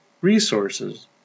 resources